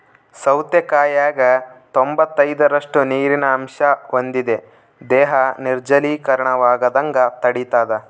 ಸೌತೆಕಾಯಾಗ ತೊಂಬತ್ತೈದರಷ್ಟು ನೀರಿನ ಅಂಶ ಹೊಂದಿದೆ ದೇಹ ನಿರ್ಜಲೀಕರಣವಾಗದಂಗ ತಡಿತಾದ